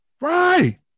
Right